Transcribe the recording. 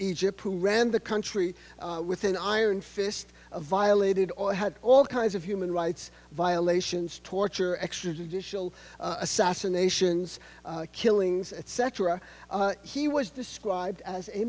egypt who ran the country with an iron fist violated or had all kinds of human rights violations torture extrajudicial assassinations killings at cetera he was described as a